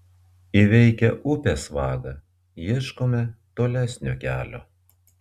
įveikę upės vagą ieškome tolesnio kelio